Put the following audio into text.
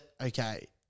okay